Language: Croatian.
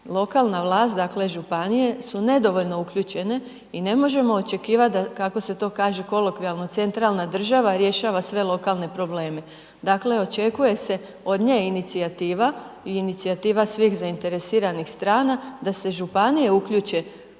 lokalna vlast, dakle županije su nedovoljno uključene i ne možemo očekivati, kako se to kaže kolokvijalno, centralna država rješava sve lokalne probleme. Dakle, očekuje se od nje inicijativa i inicijativa svih zainteresiranih strana da se županije uključe